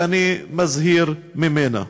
שאני מזהיר ממנה.